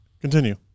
Continue